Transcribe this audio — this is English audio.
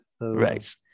Right